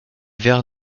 vert